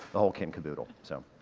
the whole kit and caboodle. so,